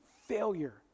failure